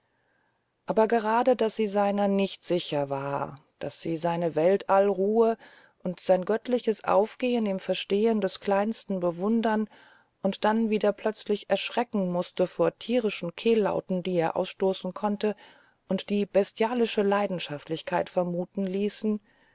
aber gerade daß sie seiner nicht sicher war daß sie seine weltallruhe und sein göttliches aufgehen im verstehen des kleinsten bewundern und dann wieder plötzlich erschrecken mußte vor tierischen kehllauten die er ausstoßen konnte und die bestialische leidenschaftlichkeiten vermuten ließen